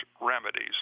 remedies